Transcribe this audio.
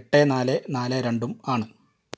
എട്ട് നാല് നാല് രണ്ടും ആണ്